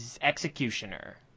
executioner